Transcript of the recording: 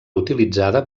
utilitzada